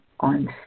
on